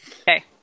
Okay